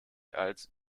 als